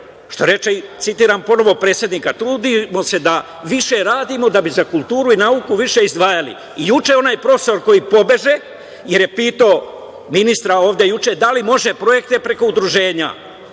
Što reče, citiram ponovo predsednika – „Trudimo se da više radimo da bi za kulturu i nauku više izdvajali.“ I juče onaj profesor koji pobeže, jer je pitao ministra ovde juče – da li može projekte preko udruženja?